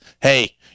Hey